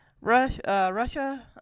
Russia